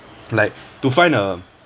like to find a